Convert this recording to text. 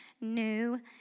New